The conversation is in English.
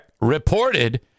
reported